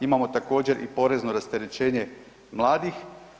Imamo također i porezno rasterećenje mladih.